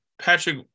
Patrick